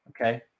Okay